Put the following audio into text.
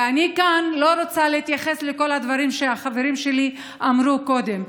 ואני לא רוצה להתייחס לכל הדברים שהחברים שלי אמרו קודם.